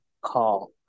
call